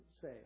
say